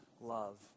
love